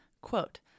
quote